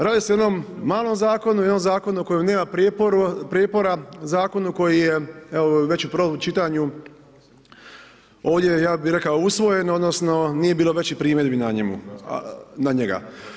Radi se o jednom malom zakonu, o jednom zakonu koji nema prijepora, zakona koji je već u prvom čitanju ovdje ja bi rekao usvojen, odnosno, nije bilo većih primjedbi na njega.